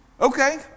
Okay